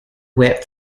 whip